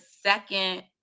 second